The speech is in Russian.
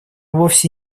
вовсе